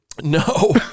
No